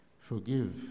Forgive